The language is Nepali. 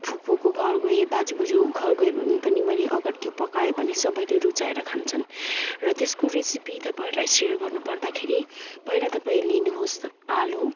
फुपूको घर गएँ बाजेबोजुको घर गएँ भने पनि मैले अगर त्यो पकाएँ भने सबैले रुचाएर खान्छन् र त्यसको रेसेपी तपाईँहरूलाई सेयर गर्नुपर्दाखेरि पहिला तपाईँ लिनुहोस् आलु